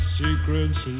secrets